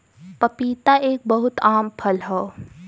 पपीता एक बहुत आम फल हौ